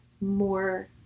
more